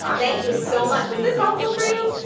um thank you so much. was this helpful for you?